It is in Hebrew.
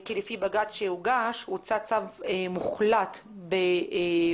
כי לפי בג"ץ שהוגש הוצא צו מוחלט במאי